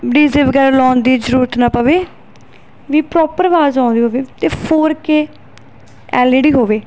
DJ ਵਗੈਰਾ ਲਾਉਣ ਦੀ ਜ਼ਰੂਰਤ ਨਾ ਪਵੇ ਵੀ ਪ੍ਰੋਪਰ ਆਵਾਜ਼ ਆਉਂਦੀ ਹੋਵੇ ਅਤੇ four K L E D ਹੋਵੇ